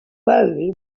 role